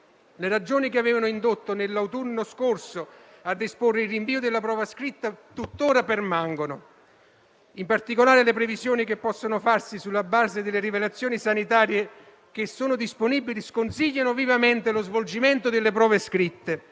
le ragioni che avevano indotto, nell'autunno scorso, a disporre il rinvio della prova scritta permangono tuttora. In particolare, le previsioni che possono farsi sulla base delle rilevazioni sanitarie disponibili sconsigliano vivamente lo svolgimento delle prove scritte